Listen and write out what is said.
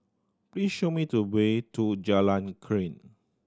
please show me the way to Jalan Krian